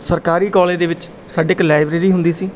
ਸਰਕਾਰੀ ਕਾਲਜ ਦੇ ਵਿੱਚ ਸਾਡੇ ਇੱਕ ਲਾਇਬਰੇਰੀ ਹੁੰਦੀ ਸੀ